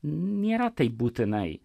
nėra taip būtinai